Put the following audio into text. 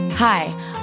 Hi